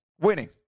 winning